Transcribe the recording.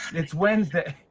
it's wednesday.